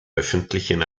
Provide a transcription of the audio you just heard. öffentlichen